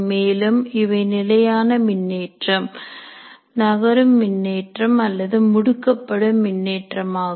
மேலும் இவை நிலையான மின்னேற்றம் நகரும் மின்னேற்றம் அல்லது முடுக்கப்படும் மின்னேற்றமாகும்